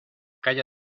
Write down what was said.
calla